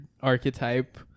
archetype